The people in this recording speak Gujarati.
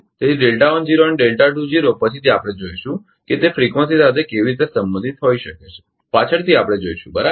તેથી અને પછીથી આપણે જોઈશું કે તે ફ્રીકવંસી સાથે કેવી રીતે સંબંધિત હોઈ શકે છે પાછળથી આપણે જોઇશું બરાબર